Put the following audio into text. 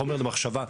חומר למחשבה,